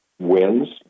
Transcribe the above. wins